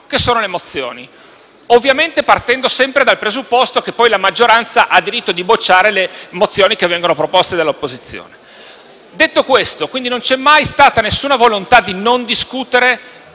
come le mozioni, ovviamente partendo sempre dal presupposto che poi la maggioranza ha diritto di bocciare le mozioni proposte dall'opposizione. Non c'è mai quindi stata nessuna volontà di non discutere,